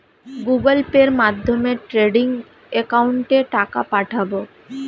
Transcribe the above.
Google পের মাধ্যমে trading একাউন্টে টাকা পাঠাবো?